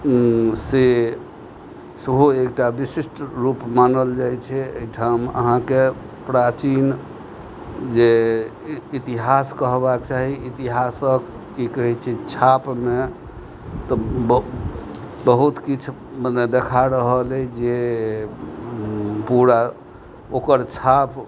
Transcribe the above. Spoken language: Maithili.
से सेहो एकटा विशिष्ट रूप मानल जाइ छै एहिठाम अहाँके प्राचीन जे इतिहास कहबाक चाही इतिहासक की कहै छै छापमे तऽ बहुत किछु मने देखा रहल अछि जे पूरा ओकर छाप